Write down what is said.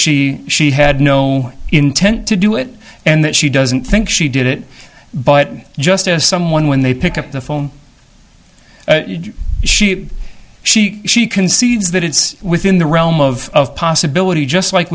she she had no intent to do it and that she doesn't think she did it but just as someone when they pick up the phone she she she concedes that it's within the realm of possibility just like